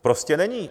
Prostě není.